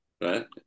Right